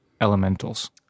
elementals